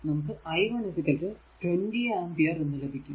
നമുക്ക് i 1 20 ampere എന്ന് ലഭിക്കും